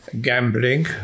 gambling